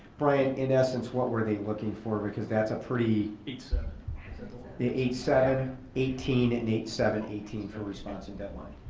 brian, in essence, what were they looking for because that's a pretty. eight seven. the eight seven eighteen and eight seven eighteen for response and deadline.